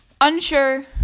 unsure